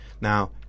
Now